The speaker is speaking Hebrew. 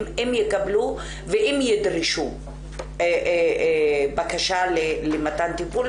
אם יקבלו ואם ידרשו בקשה למתן טיפול,